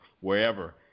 wherever